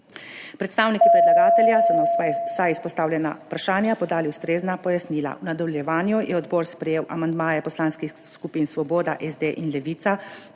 Predstavniki predlagatelja so na vsa izpostavljena vprašanja podali ustrezna pojasnila. V nadaljevanju je odbor sprejel amandmaje poslanskih skupin Svoboda, SD in Levica